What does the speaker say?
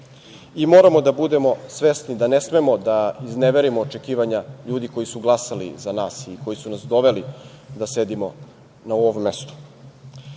i moramo da budemo svesni da ne smemo da izneverimo očekivanje ljudi koji su glasali za nas i koji su nas doveli da sedimo na ovom mestu.